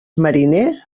mariner